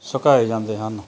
ਸੁਕਾਏ ਜਾਂਦੇ ਹਨ